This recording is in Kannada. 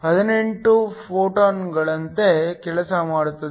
17x1018 ಫೋಟಾನ್ಗಳಂತೆ ಕೆಲಸ ಮಾಡುತ್ತದೆ